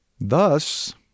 Thus